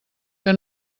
que